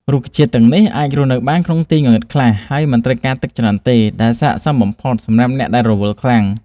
រុក្ខជាតិទាំងនេះអាចរស់បានក្នុងទីងងឹតខ្លះ ហើយមិនត្រូវការទឹកច្រើនទេ ដែលស័ក្តិសមបំផុតសម្រាប់អ្នកដែលរវល់ខ្លាំង។